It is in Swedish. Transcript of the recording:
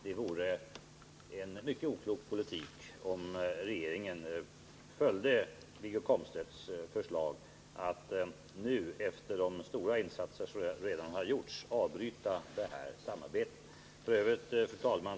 Det vore en mycket oklok politik om regeringen följde Wiggo Komstedts förslag att nu, efter de stora insatser som redan har gjorts, avbryta samarbetet. Fru talman!